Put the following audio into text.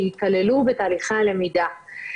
שיכללו בתהליכי הלמידה.